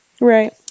right